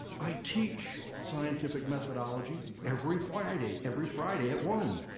i teach scientific methodology every friday, every friday at one